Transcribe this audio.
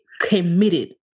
committed